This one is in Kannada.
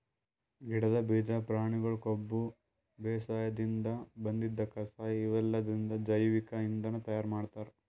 ಗಿಡದ್ ಬೀಜಾ ಪ್ರಾಣಿಗೊಳ್ ಕೊಬ್ಬ ಬೇಸಾಯದಿನ್ದ್ ಬಂದಿದ್ ಕಸಾ ಇವೆಲ್ಲದ್ರಿಂದ್ ಜೈವಿಕ್ ಇಂಧನ್ ತಯಾರ್ ಮಾಡ್ತಾರ್